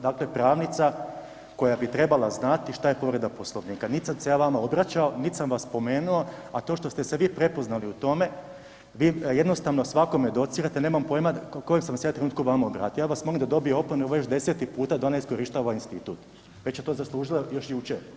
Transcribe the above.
Dakle pravnica koja bi trebala znati šta je povreda Poslovnika, nit sam se ja vama obraćao nit sam vas spomenuo a to što ste se vi prepoznali u tome, vi jednostavno svakome docirate, nemam pojma u kojem sam se ja trenutku vama obratio, ja vas molim da dobije opomenu, već deseti puta iskorištava institut, već je to zaslužila još jučer.